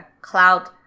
cloud